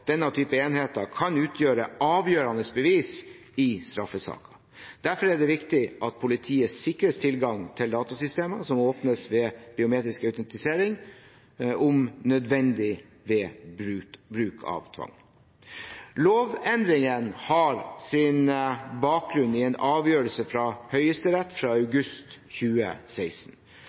denne typen enheter kan utgjøre avgjørende bevis i straffesaker. Derfor er det viktig at politiet sikres tilgang til datasystemer som åpnes ved biometrisk autentisering, om nødvendig ved bruk av tvang. Lovendringene har sin bakgrunn i en avgjørelse fra Høyesterett fra august 2016.